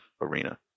Arena